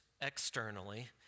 externally